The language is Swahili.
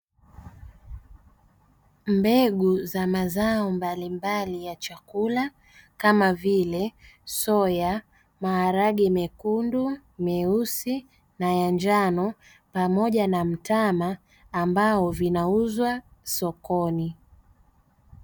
Mbegu za mazao mbalimbali ya chakula kama vile, soya, maharage mekundu, meusi, na ya njano pamoja na mtama ambao vinauzwa sokoni.